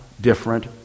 different